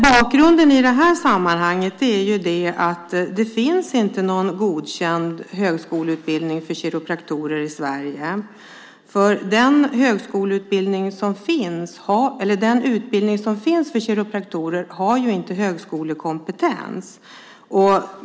Bakgrunden i det här sammanhanget är att det inte finns någon godkänd högskoleutbildning för kiropraktorer i Sverige. Den utbildning som finns för kiropraktorer är inte på högskolenivå.